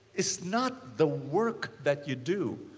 it's not the work that you do,